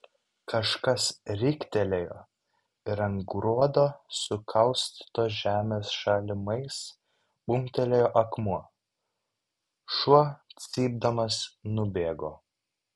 kažkas riktelėjo ir ant gruodo sukaustytos žemės šalimais bumbtelėjo akmuo šuo cypdamas nubėgo